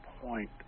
point